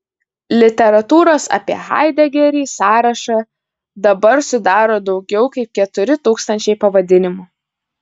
literatūros apie haidegerį sąrašą dabar sudaro daugiau kaip keturi tūkstančiai pavadinimų